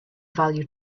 value